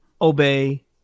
obey